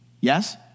Yes